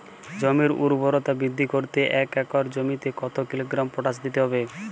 জমির ঊর্বরতা বৃদ্ধি করতে এক একর জমিতে কত কিলোগ্রাম পটাশ দিতে হবে?